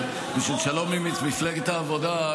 אבל בשביל שלום עם מפלגת העבודה,